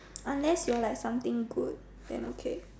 unless you are like something good then okay